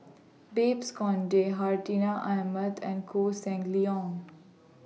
Babes Conde Hartinah Ahmad and Koh Seng Leong